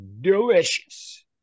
delicious